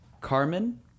Carmen